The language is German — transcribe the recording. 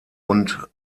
und